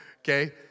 okay